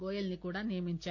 గోయల్ని కూడా నియమించారు